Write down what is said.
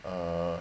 err